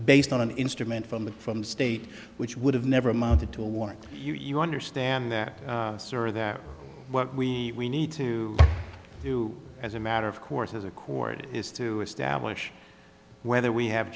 based on an instrument from the from state which would have never amounted to a warrant you understand that sir that what we need to do as a matter of course as a court is to establish whether we have